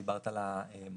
דיברת על המחסור